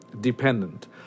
dependent